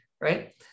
right